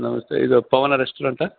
ನಮಸ್ತೆ ಇದು ಪವನ ರೆಸ್ಟೊರೆಂಟಾ